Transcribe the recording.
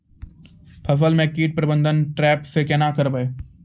फसल म कीट प्रबंधन ट्रेप से केना करबै?